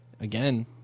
Again